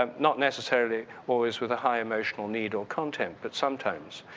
um not necessarily always with a high emotional need or content, but sometimes.